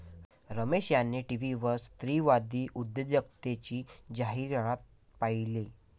रमेश यांनी टीव्हीवर स्त्रीवादी उद्योजकतेची जाहिरात पाहिली